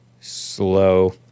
slow